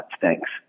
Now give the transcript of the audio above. Thanks